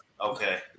Okay